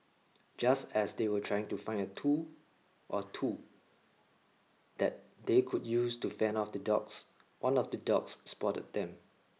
just as they were trying to find a tool or two that they could use to fend off the dogs one of the dogs spotted them